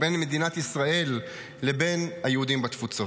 בין מדינת ישראל לבין היהודים בתפוצות.